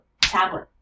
tablet